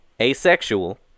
asexual